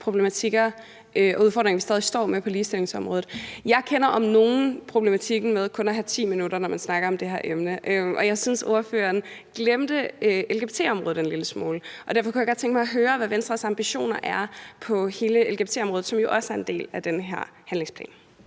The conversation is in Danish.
problematikker og udfordringer, vi stadig står med på ligestillingsområdet. Jeg kender om nogen problematikken med kun at have 10 minutter, når man snakker om det her emne, og jeg synes, at ordføreren glemte lgbt-området en lille smule. Derfor kunne jeg godt tænke mig at høre, hvad Venstres ambitioner er på hele lgbt-området, som jo også er en del af den her handlingsplan.